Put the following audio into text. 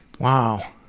wow.